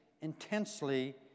intensely